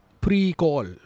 pre-call